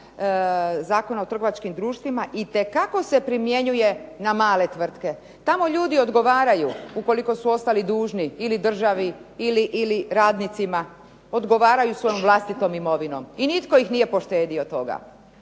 Zakona o trgovačkim društvima itekako se primjenjuje na male tvrtke. Tamo ljudi odgovaraju ukoliko su ostali dužni ili državi ili radnicima, odgovaraju svojom vlastitom imovinom. I nitko ih nije poštedio toga.